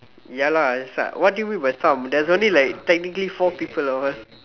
ya lah it's like what do you mean by some there's only like technically four people of us